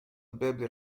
الباب